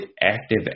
Active